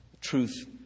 truth